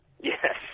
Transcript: Yes